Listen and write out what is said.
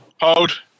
hold